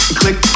click